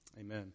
Amen